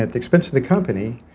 at the expense of the company,